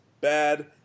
bad